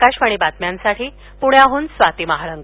आकाशवाणी बातम्यांसाठी पुण्याहून स्वाती महाळंक